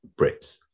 Brits